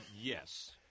yes